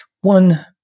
One